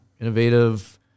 innovative